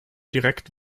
direkt